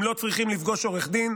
הם לא צריכים לפגוש עורך דין.